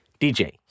DJ